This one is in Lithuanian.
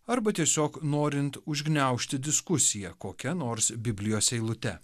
arba tiesiog norint užgniaužti diskusiją kokia nors biblijos eilute